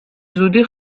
زودی